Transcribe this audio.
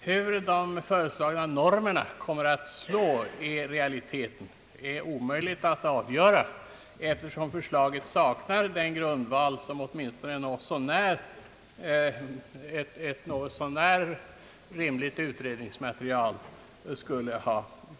Hur de föreslagna normerna i realiteten kommer att slå är omöjligt att av göra, eftersom förslaget saknar den grundval som ett åtminstone något så när rimligt utredningsmaterial